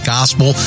Gospel